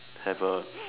have a